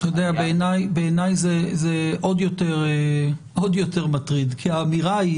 בעיניי זה עוד יותר מטריד כי האמירה היא